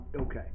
Okay